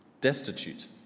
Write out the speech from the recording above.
destitute